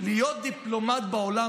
התרעננות נעימה